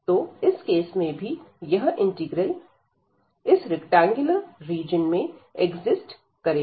तो इस केस में भी यह इंटीग्रल इस रैक्टेंगुलर रीजन में एक्जिस्ट करेगा